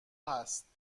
هست